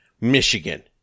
Michigan